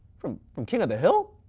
from from king of the hill?